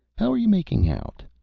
how are you making out?